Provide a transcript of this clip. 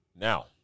Now